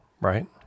right